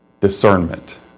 discernment